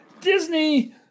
Disney